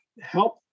help